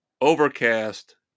Overcast